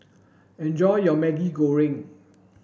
enjoy your Maggi Goreng